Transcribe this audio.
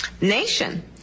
nation